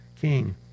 king